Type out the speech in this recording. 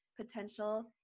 potential